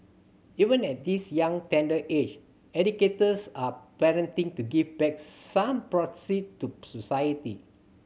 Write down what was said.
even at this young tender age educators are partnering to give back some proceed to society